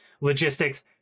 logistics